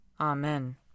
Amen